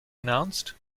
announced